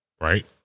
right